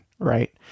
right